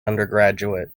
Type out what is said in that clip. undergraduate